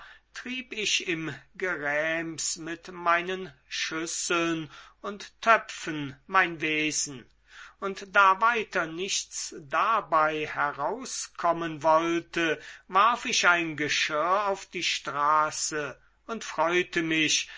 trieb ich im geräms mit meinen schüsseln und töpfen mein wesen und da weiter nichts dabei herauskommen wollte warf ich ein geschirr auf die straße und freute mich